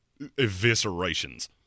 eviscerations